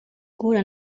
guhura